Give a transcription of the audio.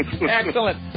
Excellent